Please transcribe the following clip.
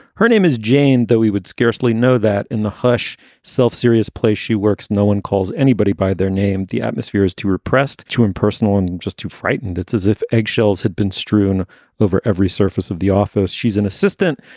her name is jane, though he would scarcely know that. in the hush self-serious place, she works. no one calls anybody by their name. the atmosphere is too repressed, too impersonal, and just too frightened. it's as if egg shells had been strewn over every surface of the office. she's an assistant.